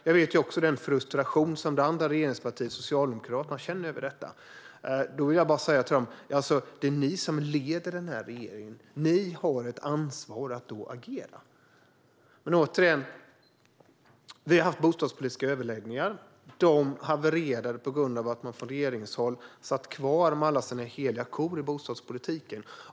Jag vet också vilken frustration det andra regeringspartiet, Socialdemokraterna, känner över detta. Då vill jag bara säga till dem: Det är ni som leder den här regeringen och som då har ett ansvar att agera. Vi har haft bostadspolitiska överläggningar. De havererade på grund av att man från regeringshåll satt kvar med alla sina heliga kor i bostadspolitiken.